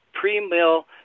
pre-mill